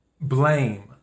blame